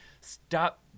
stop